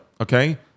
Okay